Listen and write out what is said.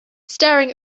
staring